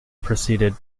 proceeded